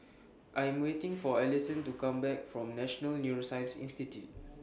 I Am waiting For Alyson to Come Back from National Neuroscience in City